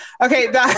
Okay